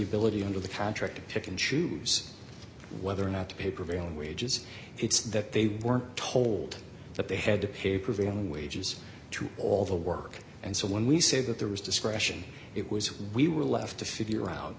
ability under the contract to pick and choose whether or not to pay prevailing wages it's that they were told that they had to pay prevailing wages to all the work and so when we say that there was discretion it was we were left to figure out